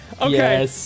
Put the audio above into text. Okay